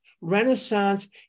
Renaissance